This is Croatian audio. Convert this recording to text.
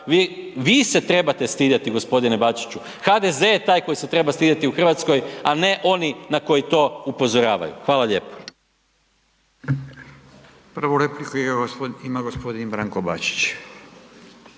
Vi se trebate stidjeti g. Bačiću, HDZ je taj koji se treba stidjeti u Hrvatskoj a ne oni na koji to upozoravaju, hvala lijepo. **Radin, Furio